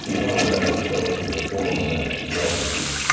so combat itself is a form of madness, obviously.